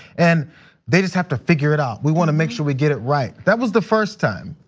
and they just have to figure it out. we wanna make sure we get it right. that was the first time.